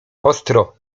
ostro